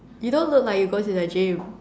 you don't look like you go to the gym